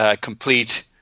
complete